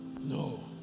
No